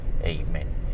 Amen